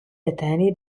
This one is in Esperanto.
deteni